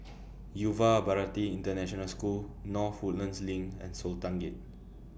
Yuva Bharati International School North Woodlands LINK and Sultan Gate